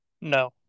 No